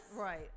Right